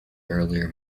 earlier